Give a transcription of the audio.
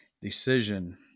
decision